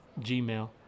Gmail